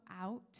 out